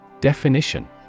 Definition